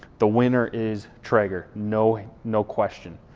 the winner is traeger no, no question.